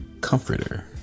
comforter